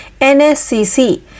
NSCC